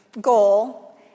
goal